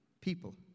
people